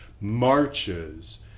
marches